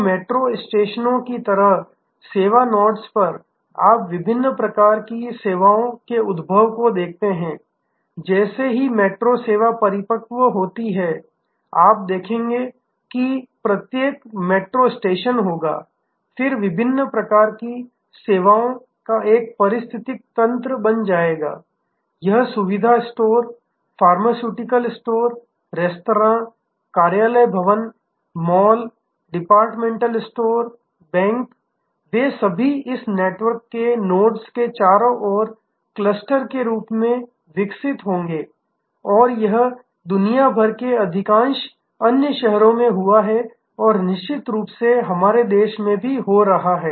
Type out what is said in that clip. तो मेट्रो स्टेशनों की तरह सेवा नोड्स पर आप विभिन्न प्रकार की सेवाओं के उद्भव को देखते हैं और जैसे ही मेट्रो सेवा परिपक्व होती है आप देखेंगे कि प्रत्येक मेट्रो स्टेशन होगा फिर विभिन्न प्रकार की सेवाओं का एक पारिस्थितिकी तंत्र बन जाएगा यह सुविधा स्टोर फार्मास्युटिकल स्टोर रेस्तरां कार्यालय भवन मॉल डिपार्टमेंट स्टोर बैंक वे सभी इस नेटवर्क नोड्स के चारों ओर क्लस्टर के रूप में विकसित होंगे और यह दुनिया भर के अधिकांश अन्य शहरों में हुआ है और निश्चित रूप से हमारे देश में भी हो रहा है